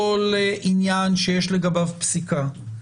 כל עניין שיש לגביו פסיקה,